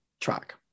track